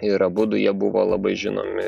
ir abudu jie buvo labai žinomi